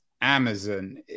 Amazon